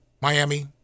Miami